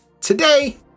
today